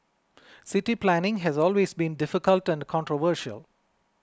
city planning has always been difficult and controversial